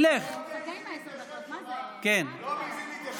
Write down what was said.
לא מעיזים להתיישב שם,